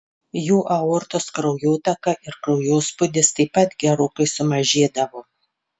jų aortos kraujotaka ir kraujospūdis taip pat gerokai sumažėdavo